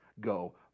go